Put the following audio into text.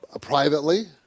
privately